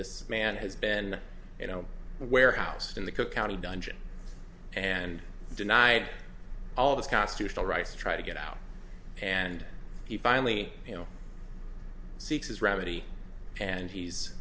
this man has been you know where housed in the cook county dungeon and denied all his constitutional rights to try to get out and he finally you know seeks remedy and he's